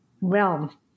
realm